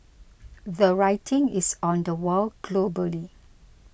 the writing is on the wall globally